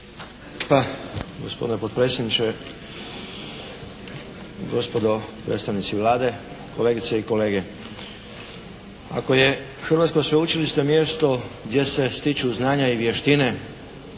Gospodine potpredsjedniče, gospodo predstavnici Vlade, kolegice i kolege. Ako je hrvatsko sveučilište mjesto gdje se stiču znanja i vještine